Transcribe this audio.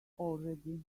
already